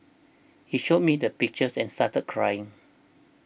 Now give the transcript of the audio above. he showed me the pictures and started crying